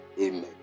amen